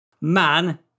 man